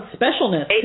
specialness